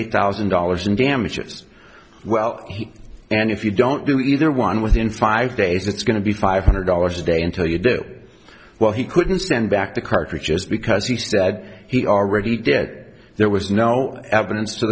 eight thousand dollars in damages well and if you don't do either one within five days it's going to be five hundred dollars a day until you do well he couldn't send back the cartridges because he said he already did it there was no evidence to